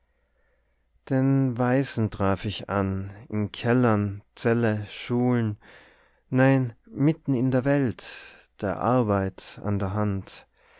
den weisen traf ich an in kellern celle schulen nein mitten in der welt der arbeit an der hand